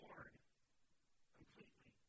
Completely